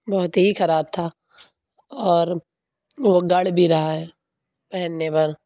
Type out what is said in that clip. بہت ہی خراب تھا اور وہ گڑ بھی رہا ہے پہننے پر